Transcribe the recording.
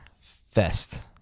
fest